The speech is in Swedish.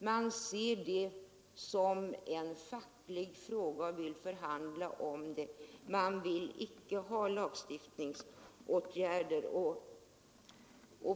Man ser det som en facklig fråga och vill förhandla om den; man vill icke ha lagstiftningsåtgärder.